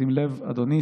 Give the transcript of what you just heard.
שים לב, אדוני.